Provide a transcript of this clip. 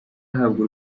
ahabwa